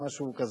או משהו כזה.